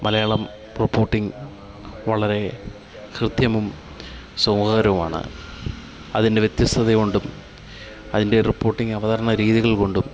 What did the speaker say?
Malayalam reporting വളരെ ഹൃദ്യവും സുഖകരവുമാണ് അതിൻ്റെ വ്യത്യസ്തതകൊണ്ടും അതിൻ്റെ റിപ്പോർട്ടിംഗ് അവതരണ രീതികൾ കൊണ്ടും